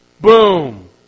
Boom